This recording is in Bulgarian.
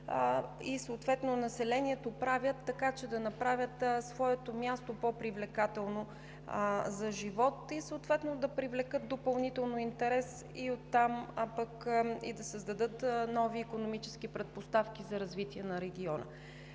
и съответно населението правят, така че да направят своето място по-привлекателно за живот и да привлекат интерес допълнително, и оттам да създадат нови икономически предпоставки за развитието на региона.